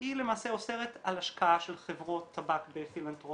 היא למעשה אוסרת על השקעה של חברות טבק בפילנתרופיה,